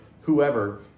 whoever—